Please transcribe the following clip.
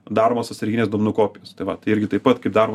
daromos atsarginės duomenų kopijos tai vat irgi taip pat kaip daromos